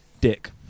dick